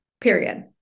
period